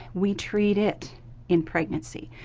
we treat it in pregnancy.